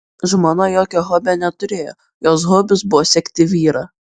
žmona jokio hobio neturėjo jos hobis buvo sekti vyrą